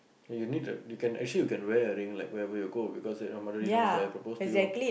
and you need the you can actually you can wear a ring like wherever you go because that nobody knows that I proposed to you